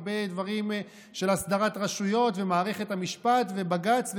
הרבה דברים של הסדרת רשויות ומערכת המשפט ובג"ץ,